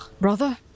Brother